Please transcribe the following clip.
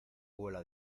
huela